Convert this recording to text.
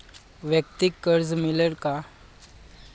वैयक्तिक कर्ज मिळेल का?